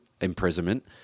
imprisonment